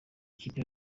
ikipe